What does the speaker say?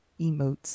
emotes